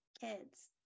kids